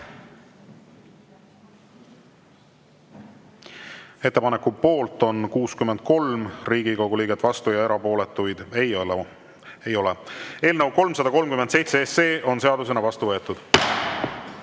Ettepaneku poolt on 63 Riigikogu liiget, vastuolijaid ja erapooletuid ei ole. Eelnõu 337 on seadusena vastu võetud.